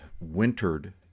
wintered